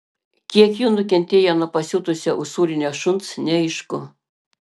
kiek jų nukentėjo nuo pasiutusio usūrinio šuns neaišku